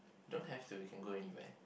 don't have to we can go anywhere